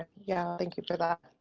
yeah, thank you for that.